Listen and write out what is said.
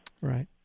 right